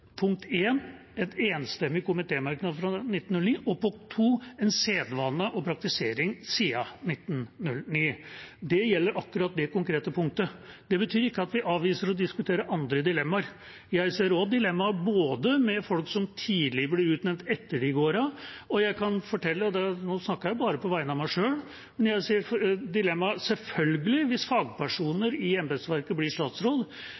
en sedvane og praktisering siden 1909. Det gjelder akkurat det konkrete punktet. Det betyr ikke at vi avviser å diskutere andre dilemmaer. Jeg ser også dilemmaet med folk som blir utnevnt tidlig etter at de har gått av, og – nå snakker jeg bare på vegne av meg selv – hvis fagpersoner i embetsverket blir statsråd. Jeg synes også at det er på kanten at fylkesmenn blir